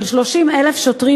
של 30,000 שוטרים,